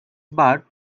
but